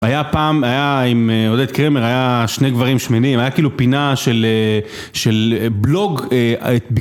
היה פעם, היה עם עודד קרמר היה שני גברים שמנים היה כאילו פינה של.. של בלוג.